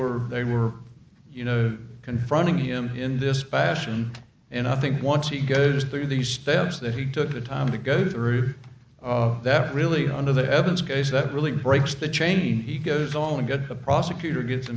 were they were you know confronting him in this fashion and i think once he goes through these steps that he took the time to go through that really under the evans case that really breaks the chain he goes on to get the prosecutor gets